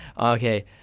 Okay